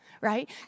right